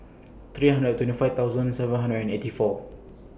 three hundred and twenty five thousand seven hundred and eighty four